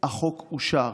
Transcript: החוק אושר.